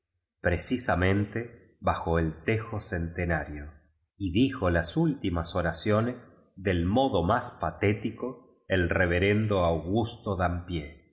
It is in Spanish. precisamente bajo el tejo centenario y dijo las últimas oraciones del modo más patético el reverendo augusto dampier una